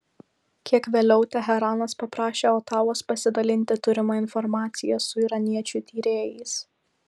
kiek vėliau teheranas paprašė otavos pasidalinti turima informacija su iraniečių tyrėjais